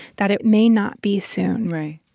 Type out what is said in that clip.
that it may not be soon. right.